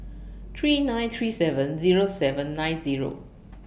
three nine three seven Zero seven nine Zero